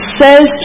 says